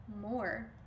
more